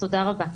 תודה רבה.